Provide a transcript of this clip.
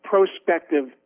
prospective